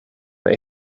that